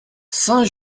saint